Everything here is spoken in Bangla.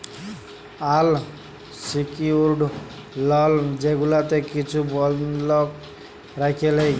আল সিকিউরড লল যেগুলাতে কিছু বল্ধক রাইখে লেই